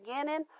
beginning